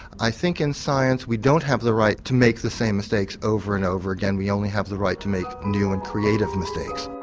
i think in science we don't have the right to make the same mistakes over and over again we only have the right to make new and creative mistakes.